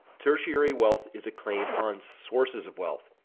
tertiary wealth is a claim on sources of wealth,